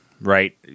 right